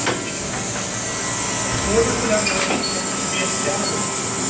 teachers and kids in order for that relationship to be established.